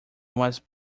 was